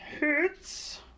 hurts